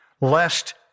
lest